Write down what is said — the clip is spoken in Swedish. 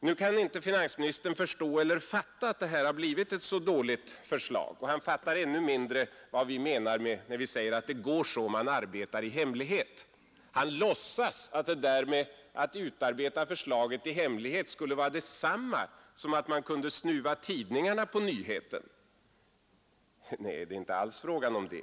Nu kan finansministern inte fatta att det här har blivit ett så dåligt förslag, och han fattar ännu mindre vad vi menar, när vi säger att det går så, när man arbetar i hemlighet. Han låtsas att det där med att utarbeta förslaget i hemlighet skulle vara detsamma som att man kunde snuva tidningarna på nyheten. Nej, det är inte alls frågan om det.